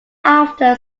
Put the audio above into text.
after